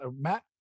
matt